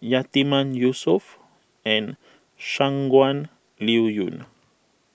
Yatiman Yusof and Shangguan Liuyun